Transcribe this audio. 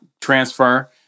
transfer